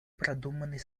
продуманной